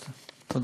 תודה.